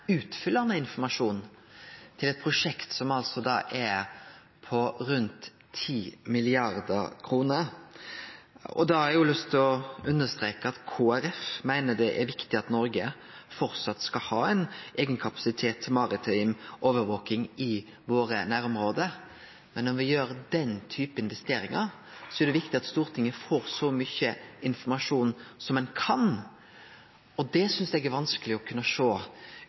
utfyllande informasjon til eit prosjekt som er på rundt 10 mrd. kr. Da har eg lyst til å understreke at Kristeleg Folkeparti meiner det er viktig at Noreg framleis skal ha ein eigenkapasitet til maritim overvaking i våre nærområde. Men når me gjer den typen investeringar, er det viktig at Stortinget får så mykje informasjon som ein kan, og det synest eg er vanskeleg å kunne sjå